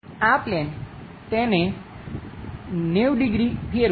આ પ્લેન તેને 90 ડિગ્રી ફેરવો